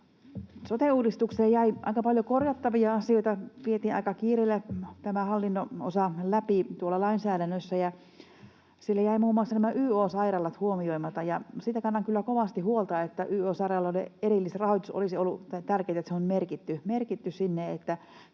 Sote-uudistukseen jäi aika paljon korjattavia asioita. Vietiin aika kiireellä tämä hallinnon osa läpi tuolla lainsäädännössä, ja siellä jäivät muun muassa nämä yo-sairaalat huomioimatta. Siitä kannan kyllä kovasti huolta, sillä olisi ollut tärkeää, että yo-sairaaloiden